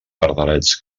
pardalets